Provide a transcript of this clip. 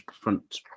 front